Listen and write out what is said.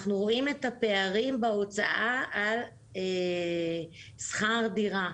אנחנו רואים את הפערים בהוצאה על שכר דירה.